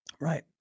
right